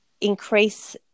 increase